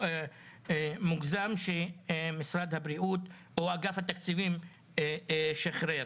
המוגזם שמשרד הבריאות או אגף התקציבים שחרר.